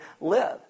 live